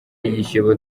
yishyuye